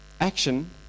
Action